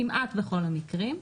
כמעט בכל המקרים.